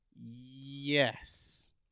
Yes